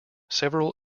several